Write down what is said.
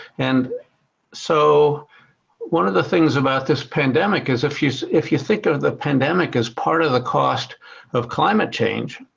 and so one of the things about this pandemic is if you if you think of the pandemic as part of the cost of climate change,